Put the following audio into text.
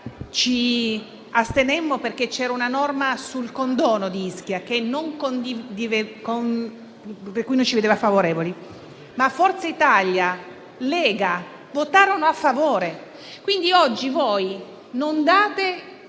si astenne perché c'era una norma sul condono di Ischia, che non ci vedeva favorevoli, ma i Gruppi Forza Italia e Lega votarono a favore. Quindi, oggi non date